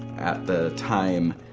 at the time,